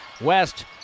West